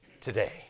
today